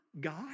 God